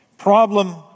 Problem